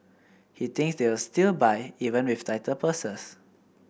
he thinks they will still buy even with tighter purses